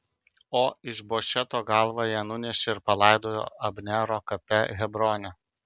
o išbošeto galvą jie nunešė ir palaidojo abnero kape hebrone